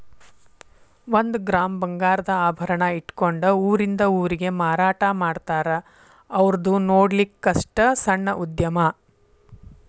ಒಂದ ಗ್ರಾಮ್ ಬಂಗಾರದ ಆಭರಣಾ ಇಟ್ಕೊಂಡ ಊರಿಂದ ಊರಿಗೆ ಮಾರಾಟಾಮಾಡ್ತಾರ ಔರ್ದು ನೊಡ್ಲಿಕ್ಕಸ್ಟ ಸಣ್ಣ ಉದ್ಯಮಾ